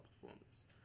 performance